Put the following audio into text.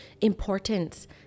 importance